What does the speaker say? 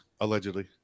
Allegedly